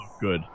good